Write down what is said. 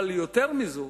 אבל יותר מזה,